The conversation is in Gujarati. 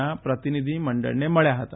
ના પ્રતિનિધિ મંડળને મળ્યા હતા